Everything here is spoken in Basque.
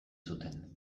zuten